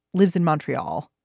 lives in montreal,